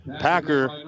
Packer